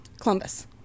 columbus